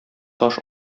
таш